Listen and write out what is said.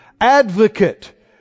Advocate